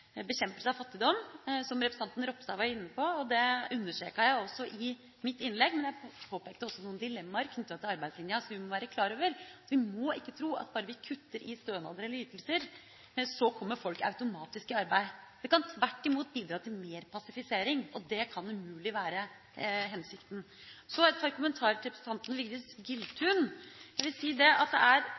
bekjempelse av fattigdom, som representanten Ropstad var inne på. Det understreket jeg i mitt innlegg, men jeg påpekte også noen dilemmaer knyttet til arbeidslinja som vi må være klar over. Vi må ikke tro at bare vi kutter i stønader eller ytelser, kommer folk automatisk i arbeid. Det kan tvert imot bidra til mer passivisering, og det kan umulig være hensikten. Så et par kommentar til representanten Vigdis Giltun. Jeg vil si at det er